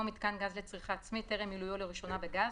מיתקן גז לצריכה עצמית טרם מילויו לראשונה בגז,